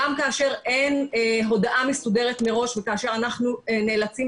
גם כאשר אין הודעה מסודרת מראש וכאשר אנחנו נאלצים